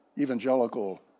Evangelical